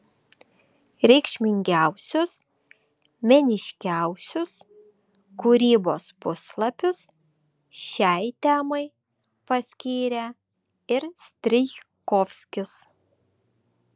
reikšmingiausius meniškiausius kūrybos puslapius šiai temai paskyrė ir strijkovskis